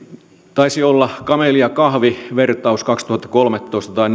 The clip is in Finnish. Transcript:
taisi olla kameli ja kahvi vertaus kaksituhattakolmetoista tai